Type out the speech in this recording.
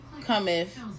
cometh